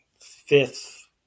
fifth